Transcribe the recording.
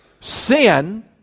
Sin